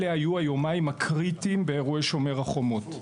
אלה היו היומיים הקריטיים באירועי "שומר החומות".